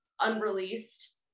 unreleased